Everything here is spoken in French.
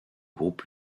groupe